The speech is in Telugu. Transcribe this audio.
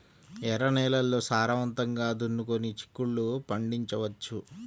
ఎర్ర నేలల్లో సారవంతంగా దున్నుకొని చిక్కుళ్ళు పండించవచ్చు